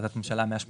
החלטת ממשלה 183,